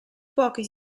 pochi